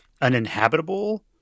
uninhabitable